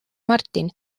martin